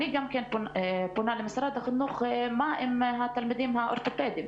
אני גם כן פונה למשרד החינוך ושואלת מה עם התלמידים האורתופדים?